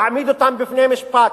תעמיד אותם בפני משפט,